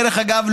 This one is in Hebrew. דרך אגב,